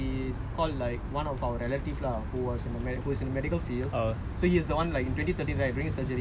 still had a long time so like we call like one of our relative lah who was in a man who is in medical field